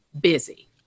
busy